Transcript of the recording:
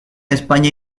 españa